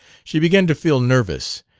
she began to feel nervous,